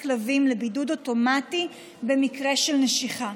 כלבים לבידוד אוטומטי במקרה של נשיכה,